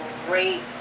great